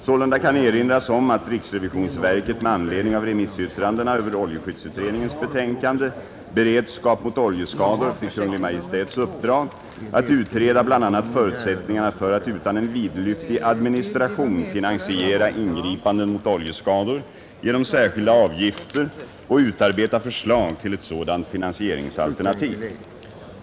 Sålunda kan erinras om att riksrevisionsverket med anledning av remissyttrandena över oljeskyddsutredningens betänkande ”Beredskap mot oljeskador” fick Kungl. Maj:ts uppdrag att utreda bl.a. förutsätt ningarna för att utan en vidlyftig administration finansiera ingripanden mot oljeskador genom särskilda avgifter och utarbeta förslag till ett sådant finansieringsalternativ.